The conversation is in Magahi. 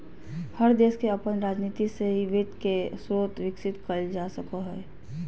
हर देश के अपन राजनीती से ही वित्त के स्रोत विकसित कईल जा सको हइ